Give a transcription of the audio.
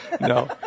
No